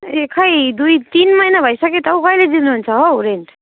ए खै दुई तिन महिना भइसक्यो त हौ कहिले दिनुहुन्छ हौ रेन्ट